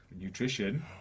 Nutrition